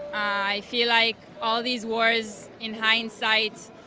i feel like all these wars in hindsight,